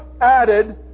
added